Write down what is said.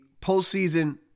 postseason